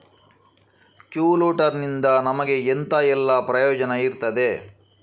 ಕೊಲ್ಯಟರ್ ನಿಂದ ನಮಗೆ ಎಂತ ಎಲ್ಲಾ ಪ್ರಯೋಜನ ಇರ್ತದೆ?